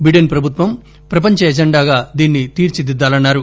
Biden ప్రభుత్వం ప్రపంచ ఎజెండాగా దీన్ని తీర్చి దిద్దాలన్నారు